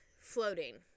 floating